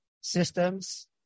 systems